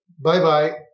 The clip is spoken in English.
bye-bye